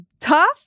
tough